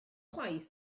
chwaith